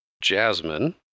Jasmine